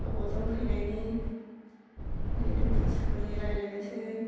गोबावजों फैनायनि बे दुखु सुखुनि रायज्लायनोसै